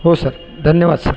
हो सर धन्यवाद सर